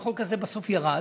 החוק הזה בסוף ירד,